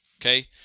Okay